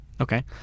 Okay